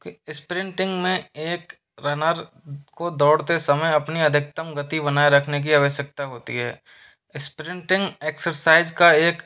sprinting में एक runner को दौड़ते समय अपनी अधिकतम गति बनाए रखने की आवश्यकता होती है स्प्रिंगटिंग एक्सरसाइज का एक